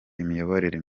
imiyoborere